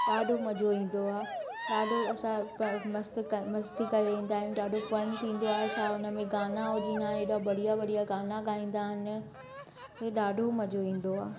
ॾाढो मज़ो ईंदो आहे ॾाढो असां मस्ती करे ईंदा आहियूं ॾाढो फन थींदो आहे छा हुन में गाना विझंदा आहिनि हेॾा बढ़िया बढ़िया गाना ॻाईंदा आहिनि मूंखे ॾाढो मज़ो ईंदो आहे